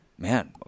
Man